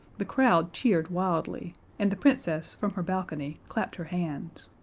the crowd cheered wildly and the princess from her balcony clapped her hands.